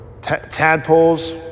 tadpoles